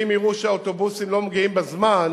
אם יראו שהאוטובוסים לא מגיעים בזמן,